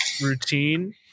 routine